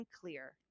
clear